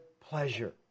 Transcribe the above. pleasure